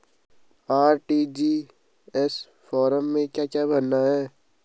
RTGS form में क्या क्या भरना है?